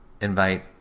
invite